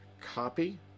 copy